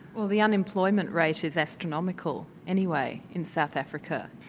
well the unemployment rate is astronomical anyway in south africa.